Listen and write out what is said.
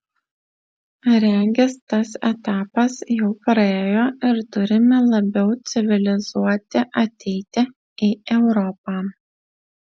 regis tas etapas jau praėjo ir turime labiau civilizuoti ateiti į europą